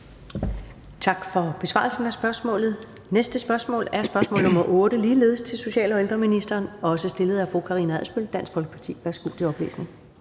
Tak for besvarelsen af spørgsmålet. Det næste spørgsmål er spørgsmål nr. 8, som ligeledes er til social- og ældreministeren og også er stillet af fru Karina Adsbøl, Dansk Folkeparti. Kl. 15:38 Spm. nr.